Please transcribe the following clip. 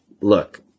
Look